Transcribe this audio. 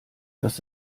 dass